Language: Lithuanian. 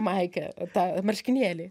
maikė ta marškinėliai